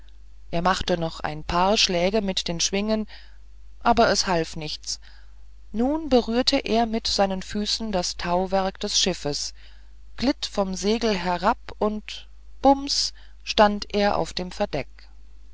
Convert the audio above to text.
er machte noch ein paar schläge mit den schwingen aber es half nichts nun berührte er mit seinen füßen das tauwerk des schiffes glitt vom segel herab und bums da stand er auf dem verdeck